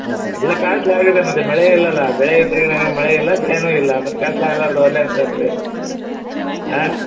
ಹಾಂ ಎಲ್ಲ ಕಾಸ್ಟ್ಲಿ ಆಗಿದೆ ಮತ್ತು ಮಳೆ ಇಲ್ಲಲ್ವ ಬೆಳೆ ಇದ್ದರೆ ಮಳೆ ಇಲ್ಲ ಬೆಳೇನು ಇಲ್ಲ ಮತ್ತೆ ಕಾಸ್ಟ್ಲಿ ಆಗ್ಲಾರ್ದೆ ಅವು ಅಲ್ಲೇ ಇರ್ತದ್ರೀ ಹಾಂ